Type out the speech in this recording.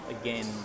again